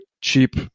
cheap